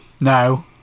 No